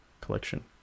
collection